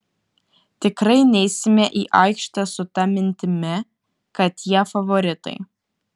tikrai neisime į aikštę su ta mintimi kad jie favoritai